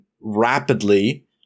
rapidly